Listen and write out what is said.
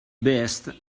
best